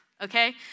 okay